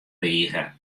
rige